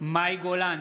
מאי גולן,